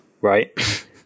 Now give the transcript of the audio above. right